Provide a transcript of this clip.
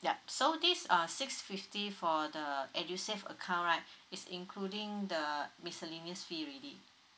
yup so this are six fifty for the edusave account right it's including the miscellaneous fee already